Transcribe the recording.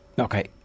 Okay